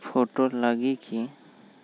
Photo लगी कि?